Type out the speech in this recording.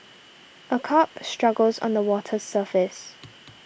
a carp struggles on the water's surface